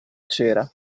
cera